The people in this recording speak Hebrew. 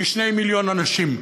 כ-2 מיליון אנשים,